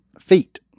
Feet